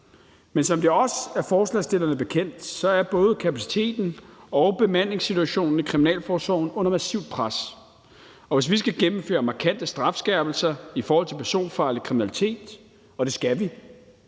Men som det også er forslagsstillerne bekendt, er både kapaciteten og bemandingssituationen i kriminalforsorgen under massivt pres, og hvis vi skal gennemføre markante strafskærpelser i forhold til personfarlig kriminalitet – og det skal vi